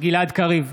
גלעד קריב,